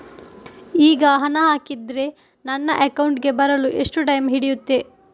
ಈಗ ಹಣ ಹಾಕಿದ್ರೆ ನನ್ನ ಅಕೌಂಟಿಗೆ ಬರಲು ಎಷ್ಟು ಟೈಮ್ ಹಿಡಿಯುತ್ತೆ?